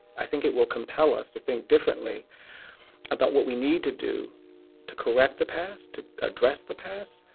i think it will compel us to think differently about what we need to do to correct, the past, to address the past,